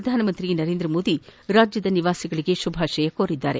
ಪ್ರಧಾನಮಂತ್ರಿ ನರೇಂದ್ರ ಮೋದಿ ರಾಜ್ಯದ ನಿವಾಸಿಗಳಿಗೆ ಶುಭಾಷಯ ಕೋರಿದ್ದಾರೆ